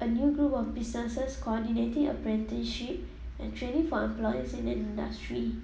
a new group of businesses coordinating apprenticeship and training for employers in an industry